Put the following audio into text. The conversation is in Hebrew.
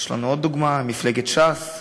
יש לנו עוד דוגמה, מפלגת ש"ס.